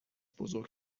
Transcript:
بزرگ